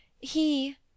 He—